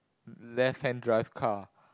left hand drive car